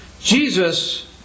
Jesus